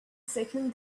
second